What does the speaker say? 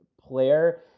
player